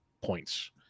points